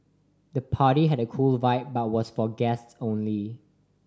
the party had a cool vibe but was for guests only